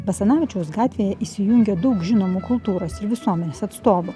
basanavičiaus gatvėje įsijungė daug žinomų kultūros ir visuomenės atstovų